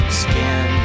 skin